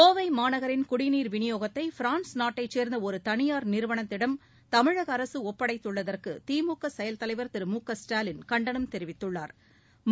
கோவை மாநகரின் குடிநீர் விநியோகத்தை பிரான்ஸ் நாட்டைச் சேர்ந்த ஒரு தனியார் நிறுவனத்திடம் தமிழக அரசு ஒப்படைத்துள்ளதற்கு திமுக செயல்தலைவா் திரு மு க ஸ்டாலின் கண்டனம் தெரிவித்துள்ளாா்